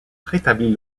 rétablit